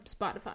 spotify